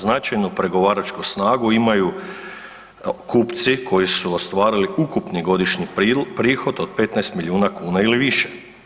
Značajnu pregovaračku snagu imaju kupci koji su ostvarili ukupni godišnji prohod od 15 milijun kn ili više.